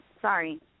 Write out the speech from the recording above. Sorry